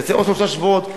לקצר עוד שלושה שבועות,